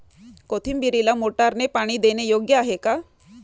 कोथिंबीरीला मोटारने पाणी देणे योग्य आहे का?